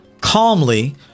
calmly